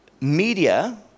Media